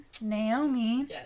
Naomi